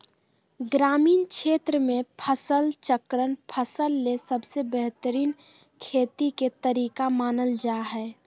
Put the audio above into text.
ग्रामीण क्षेत्र मे फसल चक्रण फसल ले सबसे बेहतरीन खेती के तरीका मानल जा हय